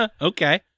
Okay